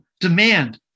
demand